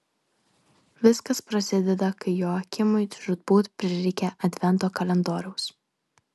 viskas prasideda kai joakimui žūtbūt prireikia advento kalendoriaus